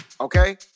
Okay